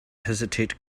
hesitate